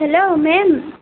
hello ma'am